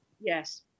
yes